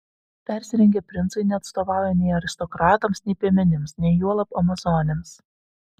persirengę princai neatstovauja nei aristokratams nei piemenims nei juolab amazonėms